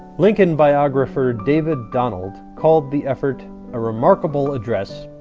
lincoln biographer david donald called the effort a remarkable address,